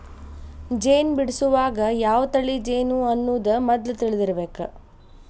ಜೇನ ಬಿಡಸುವಾಗ ಯಾವ ತಳಿ ಜೇನು ಅನ್ನುದ ಮದ್ಲ ತಿಳದಿರಬೇಕ